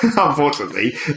unfortunately